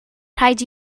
rhaid